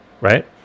right